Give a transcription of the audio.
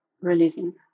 releasing